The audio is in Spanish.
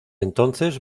entonces